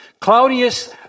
Claudius